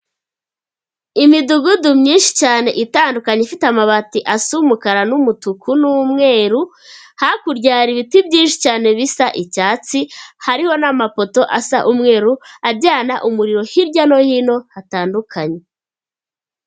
Imidugudu myinshi cyane itandukanye ifite amabati asa umukara n'umutuku n'umweru, hakurya hari ibiti byinshi cyane bisa icyatsi, hariho n'amapoto asa umweru ajyana umuriro hirya no hino hatandukanye.